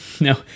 No